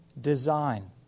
design